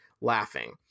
laughing